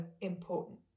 important